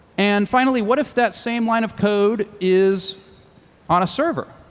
and finally, what if that same line of code is on a server,